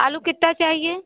आलू कितना चाहिए